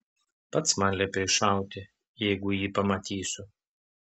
pats man liepei šauti jeigu jį pamatysiu